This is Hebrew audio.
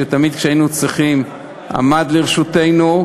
שתמיד כשהיינו צריכים עמד לרשותנו,